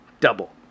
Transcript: double